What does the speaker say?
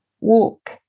walk